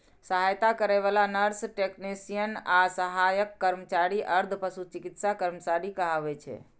सहायता करै बला नर्स, टेक्नेशियन आ सहायक कर्मचारी अर्ध पशु चिकित्सा कर्मचारी कहाबै छै